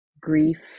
grief